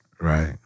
Right